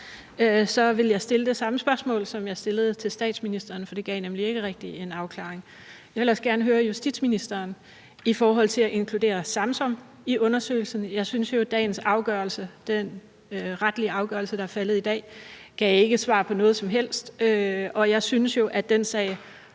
vil jeg stille det samme spørgsmål, som jeg stillede til statsministeren, for det gav nemlig ikke rigtig en afklaring. Jeg vil ellers gerne høre justitsministeren i forhold til at inkludere Samsam i undersøgelsen. Jeg synes jo, at dagens afgørelse – den retlige afgørelse, der er faldet i dag – ikke gav svar på noget som helst, og jeg synes, at den sag